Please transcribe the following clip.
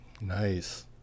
Nice